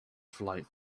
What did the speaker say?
flight